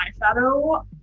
eyeshadow